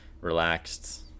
relaxed